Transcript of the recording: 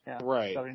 Right